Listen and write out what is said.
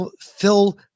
fill